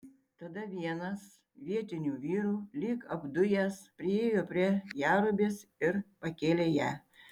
tada vienas vietinių vyrų lyg apdujęs priėjo prie jerubės ir pakėlė ją